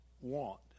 want